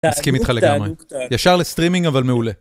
אסכים איתך לגמרי, ישר לסטרימינג אבל מעולה.